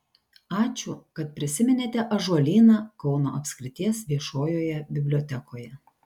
ačiū kad prisiminėte ąžuolyną kauno apskrities viešojoje bibliotekoje